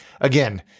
again